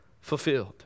fulfilled